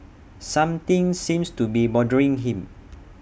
something seems to be bothering him